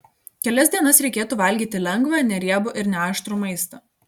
kelias dienas reikėtų valgyti lengvą neriebų ir neaštrų maistą